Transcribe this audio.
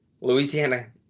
Louisiana